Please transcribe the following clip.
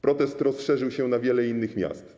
Protest rozszerzył się na wiele innych miast.